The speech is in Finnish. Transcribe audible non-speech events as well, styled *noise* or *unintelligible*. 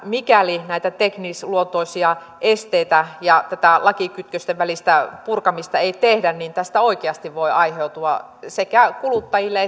mikäli näitä teknisluontoisia esteitä ja tätä lakikytkösten välistä purkamista ei tehdä niin tästä oikeasti voi aiheutua sekä kuluttajille *unintelligible*